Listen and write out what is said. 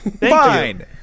Fine